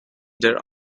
their